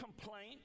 complaint